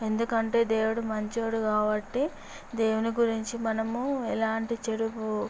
ఎందుకంటే దేవుడు మంచివాడు కాబట్టి దేవుని గురించి మనం ఎలాంటి చెడు